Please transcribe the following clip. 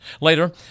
Later